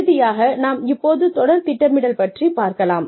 இறுதியாக நாம் இப்போது தொடர் திட்டமிடல் பற்றி பார்க்கலாம்